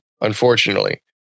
unfortunately